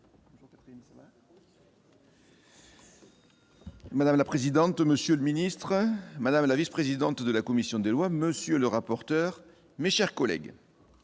Madame la présidente, monsieur le ministre madame la vice-présidente de la commission des lois, monsieur le rapporteur, mes chers collègues,